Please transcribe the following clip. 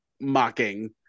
mocking